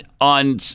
on